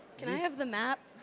can i have the map?